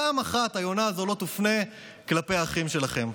פעם אחת היונה הזאת לא תופנה כלפי האחים שלכם?